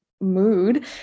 mood